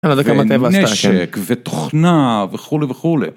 ונשק ותוכנה וכולי וכולי.